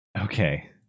Okay